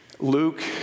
Luke